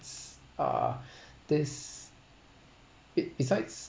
uh this be~ besides